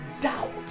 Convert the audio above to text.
doubt